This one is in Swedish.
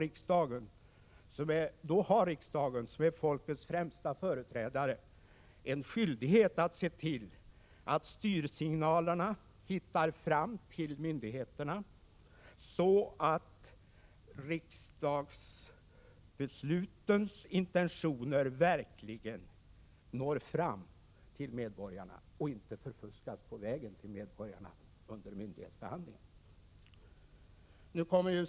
Riksdagen, som är folkets främsta företrädare, har en skyldighet att se till att styrsignalerna hittar fram till myndigheterna så att intentionerna i riksdagsbesluten verkligen når medborgarna och inte förfuskas på vägen under myndighetsbehandlingen.